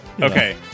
Okay